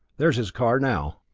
there's his car now.